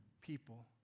people